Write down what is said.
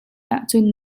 ahcun